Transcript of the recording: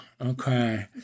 okay